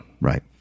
Right